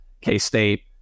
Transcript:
K-State